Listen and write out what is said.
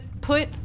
put